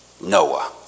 Noah